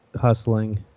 hustling